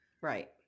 Right